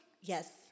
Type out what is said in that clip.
Yes